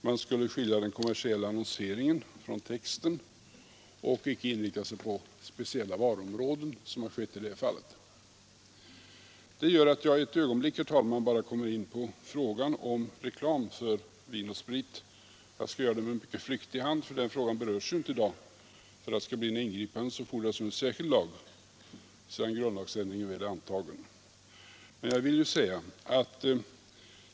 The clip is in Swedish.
Man skulle skilja den kommersiella annonseringen från texten och icke inrikta sig på speciella varuområden, som har skett i det här fallet. Det gör att jag ett ögonblick, herr talman, kommer in på frågan om reklam för vin och sprit. Jag skall göra det mycket flyktigt, för den frågan berörs ju inte i dag. För att det skall bli något ingripande fordras en särskild lag sedan grundlagsändringen väl är antagen.